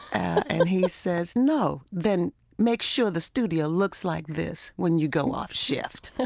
and he says, no then make sure the studio looks like this when you go off shift